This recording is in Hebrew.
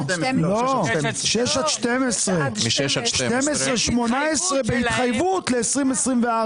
לא, 6 עד 12. 12-18 בהתחייבות ל-2024.